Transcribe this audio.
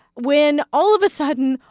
when all of a sudden,